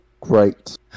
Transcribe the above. Great